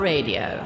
Radio